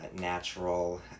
natural